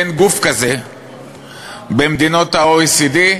אין גוף כזה במדינות ה-OECD.